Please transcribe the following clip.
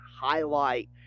highlight